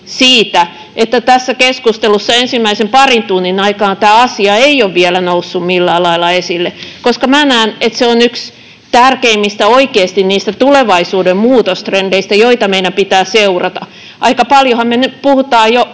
että tässä keskustelussa ensimmäisen parin tunnin aikana tämä asia ei ole vielä noussut millään lailla esille, koska minä näen, että se on oikeasti yksi tärkeimmistä niistä tulevaisuuden muutostrendeistä, joita meidän pitää seurata. Aika paljonhan me puhumme jo